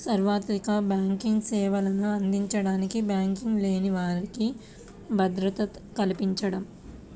సార్వత్రిక బ్యాంకింగ్ సేవలను అందించడానికి బ్యాంకింగ్ లేని వారికి భద్రత కల్పించడం